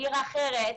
עיר אחרת,